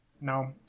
No